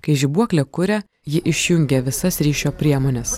kai žibuoklė kuria ji išjungia visas ryšio priemones